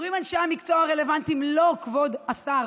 אומרים אנשי המקצוע הרלוונטיים: לא, כבוד השר,